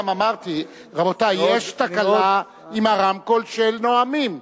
אני גם אמרתי, רבותי, יש תקלה ברמקול של הנואמים.